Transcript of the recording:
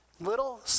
little